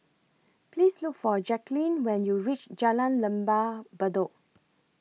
Please Look For Jacquline when YOU REACH Jalan Lembah Bedok